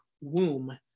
womb